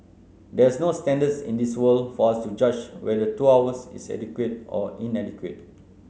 there is no standards in this world for us to judge whether two hours is adequate or inadequate